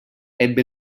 ebbe